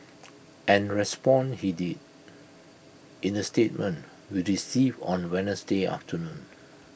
and respond he did in A statement we received on Wednesday afternoon